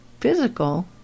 physical